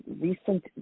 recent